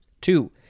two